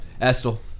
Estel